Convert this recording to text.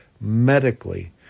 medically